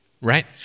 Right